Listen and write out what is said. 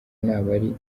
n’abari